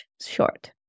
Short